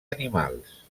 animals